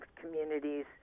communities